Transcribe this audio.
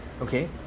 okay